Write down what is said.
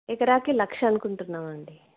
ఇకరాక లక్ష అనుకుంటున్నామండి